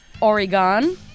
Oregon